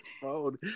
phone